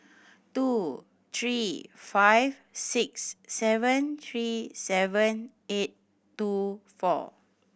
two three five six seven three seven eight two four